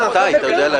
אתה יודע להגיד מתי?